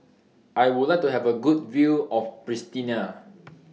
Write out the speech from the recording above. I Would like to Have A Good View of Pristina